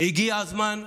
הגיע הזמן,